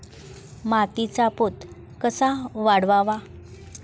मातीचा पोत कसा वाढवावा?